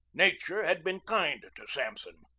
nature had been kind to sampson.